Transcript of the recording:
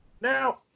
Now